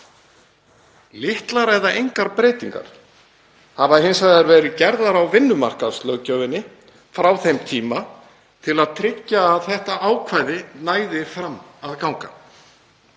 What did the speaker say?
Litlar eða engar breytingar hafa hins vegar verið gerðar á vinnumarkaðslöggjöfinni frá þeim tíma til að tryggja að þetta ákvæði nái fram að ganga